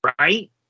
Right